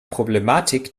problematik